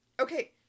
Okay